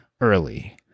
early